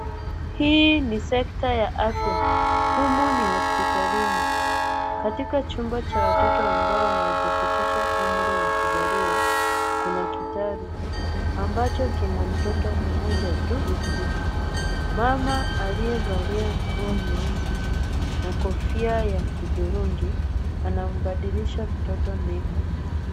Hii ni sekta ya afya. Humu ni hospitalini, katika chumba cha watoto ambao hawajafikisha umri wa kuzaliwa. Kuna kitanda ambacho kina mtoto mmoja tu. Mama aliyevalia nguo ya nyeusi na kofia ya hudhurungi anambadilisha mtoto nepi.